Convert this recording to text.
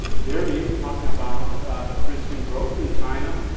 hear me talking about the christian growth in china.